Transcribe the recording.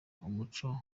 umuco